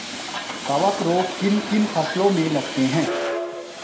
कवक रोग किन किन फसलों में लगते हैं?